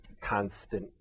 constant